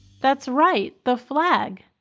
that's right the flag.